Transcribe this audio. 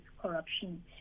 corruption